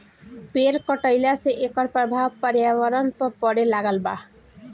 पेड़ कटईला से एकर प्रभाव पर्यावरण पर पड़े लागल बा